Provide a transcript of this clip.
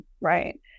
right